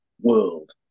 world